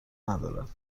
ندارد